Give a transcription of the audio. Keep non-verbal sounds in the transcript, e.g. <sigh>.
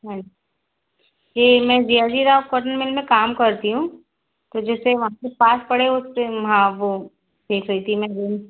हाँ जी ये मैं <unintelligible> मील में काम करती हूँ तो जैसे वहाँ से पास पड़े वो <unintelligible> वहाँ पे देख रही थी मैं रूम